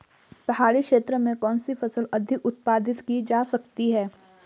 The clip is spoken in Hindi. पहाड़ी क्षेत्र में कौन सी फसल अधिक उत्पादित की जा सकती है?